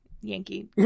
Yankee